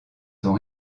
son